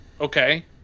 Okay